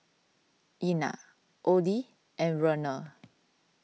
Ina Odie and Werner